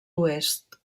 oest